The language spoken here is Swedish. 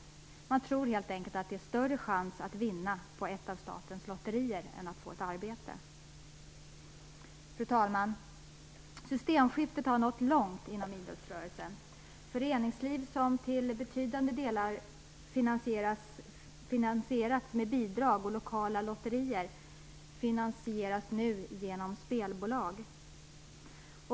Man tror helt enkelt att det är större chans att vinna på ett av statens lotterier än att få ett arbete. Fru talman! Systemskiftet har nått långt inom idrottsrörelsen. Föreningsliv som till betydande delar finansierats med bidrag och lokala lotterier finansieras nu genom spelbolag.